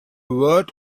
word